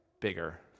bigger